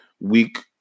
week